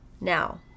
Now